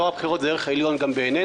טוהר בחירות זה ערך עליון גם בעינינו